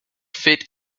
fit